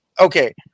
okay